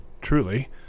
truly